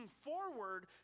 forward